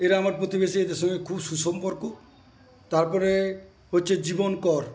এরা আমার প্রতিবেশী এদের সঙ্গে খুব সুসম্পর্ক তারপরে হচ্ছে জীবন কর